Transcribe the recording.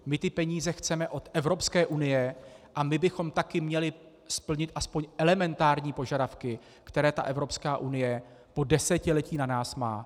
My ty peníze chceme od Evropské unie, a my bychom taky měli splnit aspoň elementární požadavky, které Evropská unie po desetiletí na nás má.